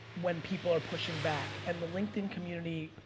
when people are pushing back. and the linkedin community,